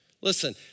Listen